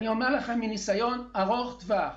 אני אומר לכם מניסיון ארוך טווח,